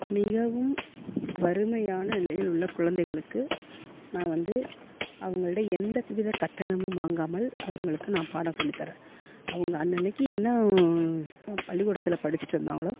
மிகவும் வறுமையான நிலையில் உள்ள குழந்தைகளுக்கு நான் வந்து அவங்ககிட்ட எந்தவிதக் கட்டணமும் வாங்காமல் அவர்களுக்கு நான் பாடம் சொல்லித்தறேன் அவங்கள் அன்னனைக்கு என்ன பள்ளிக்கூடத்தில் படித்திட்டுருந்தாங்களோ